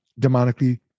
demonically